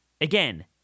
Again